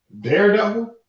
Daredevil